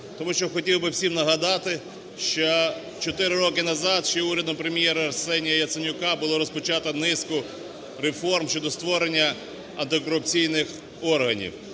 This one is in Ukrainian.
тому що хотів би всім нагадати, що 4 роки назад ще урядом Прем'єра Арсенія Яценюка було розпочато низку реформ щодо створення антикорупційних органів.